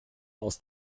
aus